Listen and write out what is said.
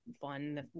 fun